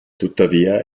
tuttavia